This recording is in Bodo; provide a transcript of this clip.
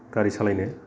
गारि सालायनो